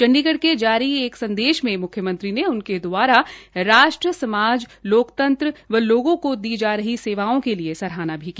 चंडीगढ़ के जारी एक संदेश में म्ख्यमंत्री ने उनके द्वारा राष्ट्रए समाज ए लोकतंत्र व लोगों को दी जा रही सेवाओं के लिये सराहना भी की